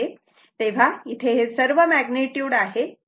तेव्हा इथे हे सर्व मॅग्निट्युड आहे